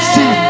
See